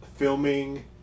Filming